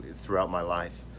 throughout my life.